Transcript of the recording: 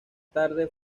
tarde